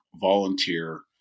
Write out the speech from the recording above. volunteer